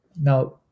Now